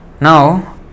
now